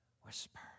Whisper